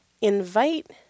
invite